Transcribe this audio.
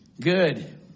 Good